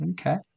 Okay